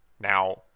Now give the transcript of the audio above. Now